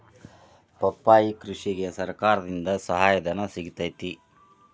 ಪಪ್ಪಾಳಿ ಕೃಷಿಗೆ ಸರ್ಕಾರದಿಂದ ಸಹಾಯಧನ ಸಿಗತೈತಿ